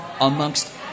amongst